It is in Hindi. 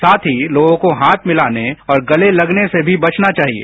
साथ ही लोगों को हाथ मिलाने और गले गलने से भी बचना चाहिए